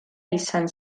izan